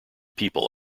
people